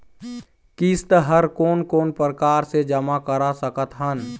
किस्त हर कोन कोन प्रकार से जमा करा सकत हन?